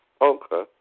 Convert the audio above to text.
Okay